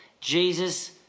Jesus